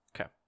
Okay